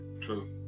true